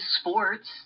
sports